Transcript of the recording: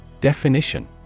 Definition